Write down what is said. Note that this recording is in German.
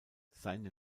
seine